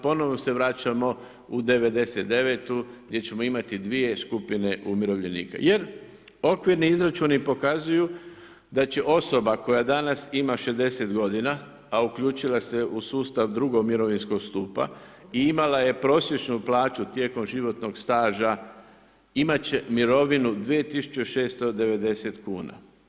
Ponovno se vraćamo u 1999. gdje ćemo imati dvije skupine umirovljenika jer okvirni izračuni pokazuju da će osoba koja danas ima 60 godina, a uključila se u sustav II mirovinskog stupa i imala je prosječnu plaću tijekom životnog staža, imati će mirovinu 2690 kuna.